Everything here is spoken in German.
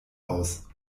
aus